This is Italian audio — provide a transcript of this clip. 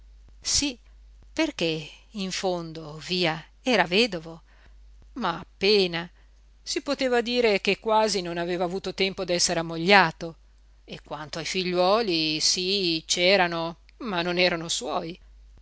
sí perché in fondo via era vedovo ma appena si poteva dire che quasi non aveva avuto tempo d'essere ammogliato e quanto ai figliuoli sí c'erano ma non erano suoi